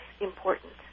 important